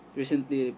recently